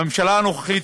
בממשלה הנוכחית,